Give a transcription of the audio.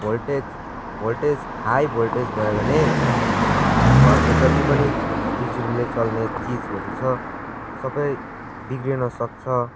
voltage voltage high voltage भयो भने घरको जति पनि बिजुलीले चल्ने चिजहरू छ सबै बिग्रिन सक्छ